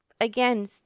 again